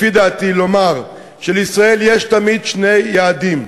לפי דעתי, לומר שלישראל יש תמיד שני יעדים: